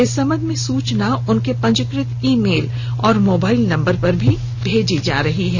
इस संबंध में सूचना उनके पंजीकृत ईमेल और मोबाइल नंबर पर भी भेजी जा रही है